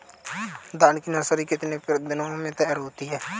धान की नर्सरी कितने दिनों में तैयार होती है?